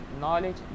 knowledge